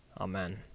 Amen